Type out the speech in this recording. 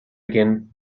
again